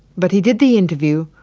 but he did the interview,